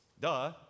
Duh